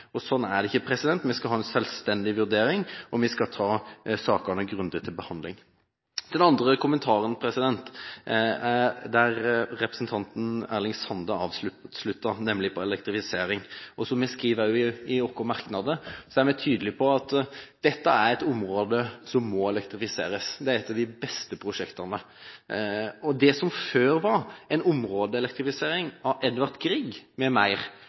Sånn er det ikke. Vi skal ha en selvstendig vurdering, og vi skal ha sakene til grundig behandling. Den andre kommentaren går på det representanten Erling Sande avsluttet med, nemlig elektrifisering. Som vi også skriver i våre merknader, er vi tydelige på at dette er et område som må elektrifiseres. Det er et av de beste prosjektene. Det som før var en områdeelektrifisering av Edvard Grieg